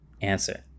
answer